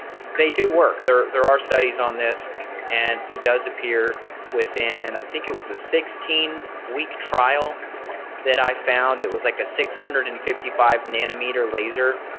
they do work. there there are studies on this and it does appear within. i think it was a sixteen week trial that i found it was like a six hundred and fifty five nanometres laser.